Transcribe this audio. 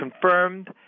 confirmed